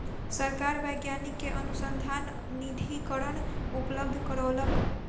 सरकार वैज्ञानिक के अनुसन्धान निधिकरण उपलब्ध करौलक